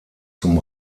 zum